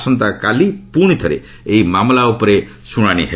ଆସନ୍ତାକାଲି ପୁଣି ଥରେ ଏହି ମାମଲା ଉପରେ ଶୁଣାଣି ହେବ